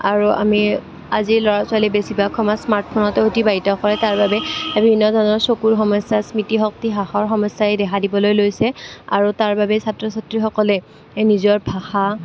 আৰু আমি আজি ল'ৰা ছোৱালী বেছিভাগ সময় স্মাৰ্টফোনতে অতিবাহিত কৰে তাৰবাবে বিভিন্ন ধৰণৰ চকুৰ সমস্যা স্মৃতিশক্তি হ্ৰাসৰ সমস্যাই দেখা দিবলৈ লৈছে আৰু তাৰবাবে ছাত্ৰ ছাত্ৰীসকলে এই নিজৰ ভাষা